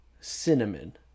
Cinnamon